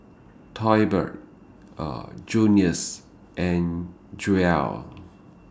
Tolbert Junius and Jewell